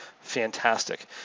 fantastic